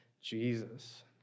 Jesus